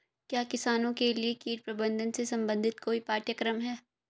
क्या किसानों के लिए कीट प्रबंधन से संबंधित कोई पाठ्यक्रम है?